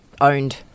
owned